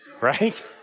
right